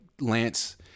Lance